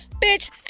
Bitch